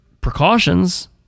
precautions